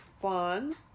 fun